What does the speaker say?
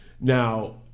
Now